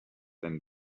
than